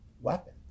weapon